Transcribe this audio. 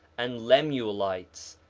and lemuelites,